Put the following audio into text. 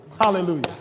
Hallelujah